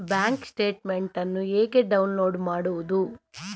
Bank statement ಅನ್ನು ಹೇಗೆ download ಮಾಡುವುದು?